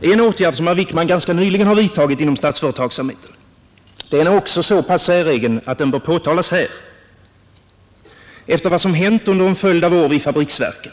En åtgärd som herr Wickman ganska nyligen har vidtagit inom statsföretagsamheten är även så pass säregen att den bör påtalas här. Efter vad som hänt under en följd av år i fabriksverken